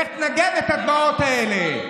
לך תנגב את הדמעות האלה.